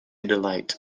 delight